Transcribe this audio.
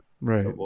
right